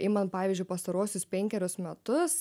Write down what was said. imant pavyzdžiui pastaruosius penkerius metus